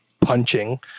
punching